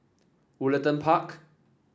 Woollerton Park